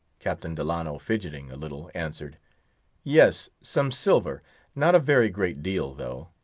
captain delano, fidgeting a little, answered yes some silver not a very great deal, though.